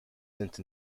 since